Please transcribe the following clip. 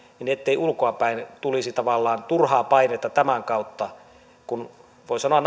niin ettei ulkoapäin tulisi tavallaan turhaa painetta tämän kautta kun voi sanoa